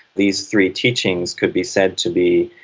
these three teachings could be said to be,